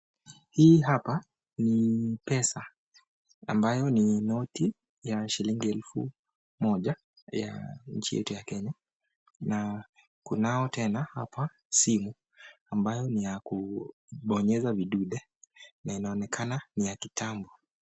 Hii hapa ni pesa ambayo ni noti ya shilingi elfu moja ya nchi yetu ya kenya na kunao tena hapa simu ambayo ni ya kubonyeza vidude na inaonekana ni ya kitambo.